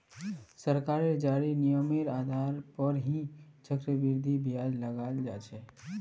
सरकारेर जारी नियमेर आधार पर ही चक्रवृद्धि ब्याज लगाल जा छे